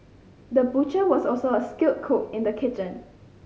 the butcher was also a skilled cook in the kitchen